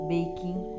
Baking